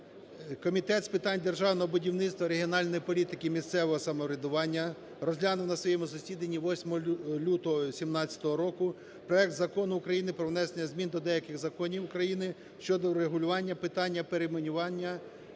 Комітет з питань державного будівництва, регіональної політики і місцевого самоврядування розглянув на своєму засіданні 8 лютого 17 року проект Закону України про внесення змін до деяких законів України щодо врегулювання питання перейменування